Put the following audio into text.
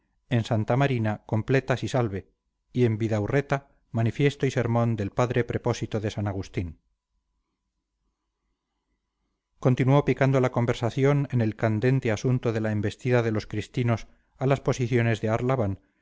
en santa marina completas y salve y en bidaurreta manifiesto y sermón del padre prepósito de san agustín continuó picando la conversación en el candente asunto de la embestida de los cristinos a las posiciones de